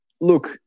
look